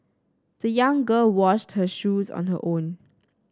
the young girl washed her shoes on her own